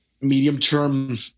medium-term